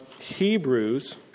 Hebrews